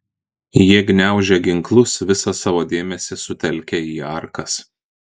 jie gniaužė ginklus visą savo dėmesį sutelkę į arkas